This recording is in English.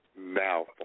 now